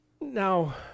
Now